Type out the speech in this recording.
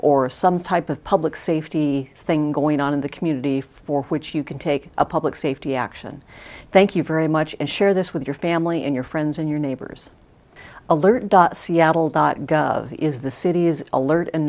or some type of public safety thing going on in the community for which you can take a public safety action thank you very much and share this with your family and your friends and your neighbors alert seattle dot gov is the city is alert and